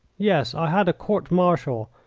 yes, i had a court-martial.